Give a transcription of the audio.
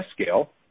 scale